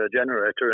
generator